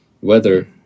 weather